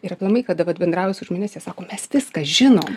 ir aplamai kada vat pabendrauji su žmonėmis sako mes viską žinom